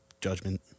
judgment